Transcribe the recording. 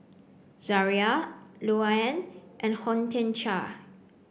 Zaria Louann and Hortencia